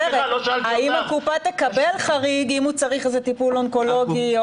לעבור וזה ייטיב עם הטיפול הרפואי שלו